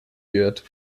wird